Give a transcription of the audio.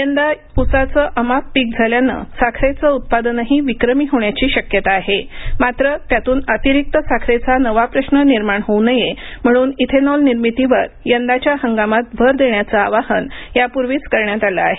यंदा उसाचं अमाप पीक झाल्यानं साखरेचं उत्पादनही विक्रमी होण्याची शक्यता आहे मात्र त्यातून अतिरिक्त साखरेचा नवा प्रश्न निर्माण होऊ नये म्हणून इथेनॉल निर्मितीवर यंदाच्या हंगामात भर देण्याचं आवाहन यापूर्वीच करण्यात आलं आहे